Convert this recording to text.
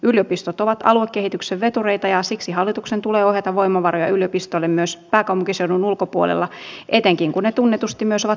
yliopistot ovat aluekehityksen vetureita ja siksi hallituksen tulee ohjata voimavaroja yliopistoille myös pääkaupunkiseudun ulkopuolella etenkin kun ne tunnetusti myös ovat menestyksekkäitä